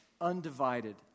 undivided